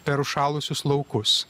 per užšalusius laukus